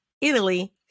Italy